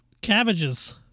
cabbages